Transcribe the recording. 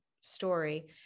story